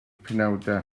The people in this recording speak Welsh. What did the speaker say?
penawdau